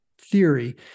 theory